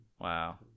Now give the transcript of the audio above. Wow